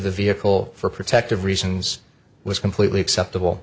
the vehicle for protective reasons was completely acceptable